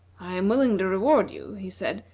i am willing to reward you, he said,